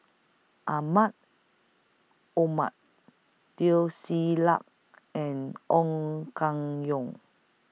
Mahmud Ahmad Teo Ser Luck and Ong Keng Yong